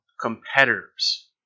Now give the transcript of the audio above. competitors